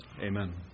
Amen